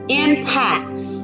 impacts